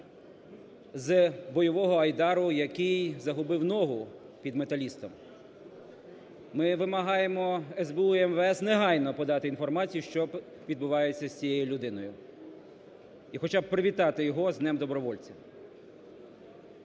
з бойового "Айдару", який загубив ногу під Металістом. Ми вимагаємо, СБУ і МВС, негайно подати інформацію, що відбувається з цією людиною і хоча б привітати його з Днем добровольця.